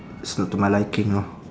it's not to my liking know